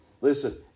listen